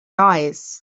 eyes